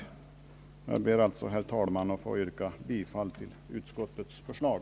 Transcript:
Jag ber, herr talman, att få yrka bifall till utskottets förslag.